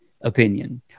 opinion